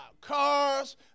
cars